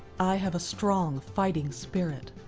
i have a strong fighting spirit.